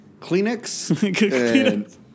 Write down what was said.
Kleenex